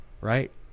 right